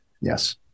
Yes